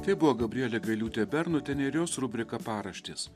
tai buvo gabrielė gailiūtė bernotienė ir jos rubrika paraštės